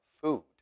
food